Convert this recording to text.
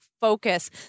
focus